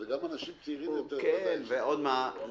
אלה גם אנשים צעירים יותר שמקבלים שם ביטוח.